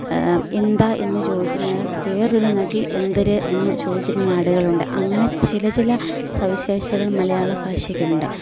എന്താ എന്ന് ചോദിക്കുന്നത് വേറൊരു നാട്ടിൽ എന്തര് എന്ന് ചോദിക്കുന്ന നാടുകളുണ്ട് അങ്ങനെ ചില ചില സവിശേഷകൾ മലയാള ഭാഷയ്ക്കുണ്ട്